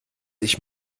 ich